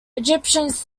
egyptians